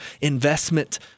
investment